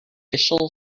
vishal